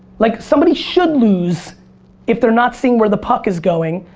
like somebody should lose if they're not seeing where the puck is going.